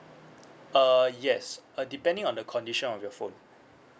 uh yes uh depending on the condition of your phone